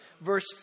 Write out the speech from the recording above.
verse